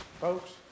Folks